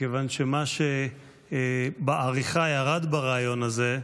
מכיוון שמה שירד בעריכה בריאיון הזה,